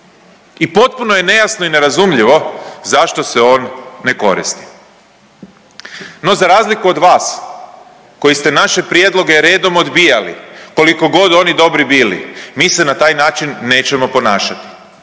i potpuno je nejasno i nerazumljivo zašto se on ne koristi. No za razliku od vas koji ste naše prijedloge redom odbijali kolikogod oni dobri bili, mi se na taj način nećemo ponašati